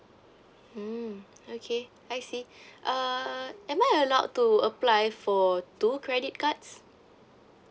mm okay I see uh am I allowed to apply for two credit cards